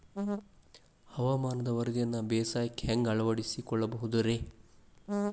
ಹವಾಮಾನದ ವರದಿಯನ್ನ ಬೇಸಾಯಕ್ಕ ಹ್ಯಾಂಗ ಅಳವಡಿಸಿಕೊಳ್ಳಬಹುದು ರೇ?